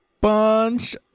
bunch